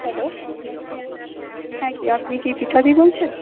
hello হ্যাঁ কে আপনি কি পৃথাদি বলছেন